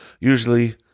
usually